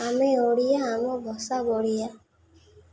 ଆମେ ଓଡ଼ିଆ ଆମ ଭାଷା ବଢ଼ିଆ